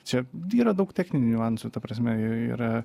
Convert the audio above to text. čia yra daug techninių niuansų ta prasme yra